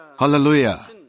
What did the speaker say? Hallelujah